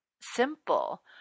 simple